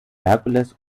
hercules